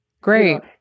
Great